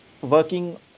working